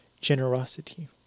Generosity